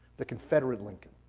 the confederate lincoln.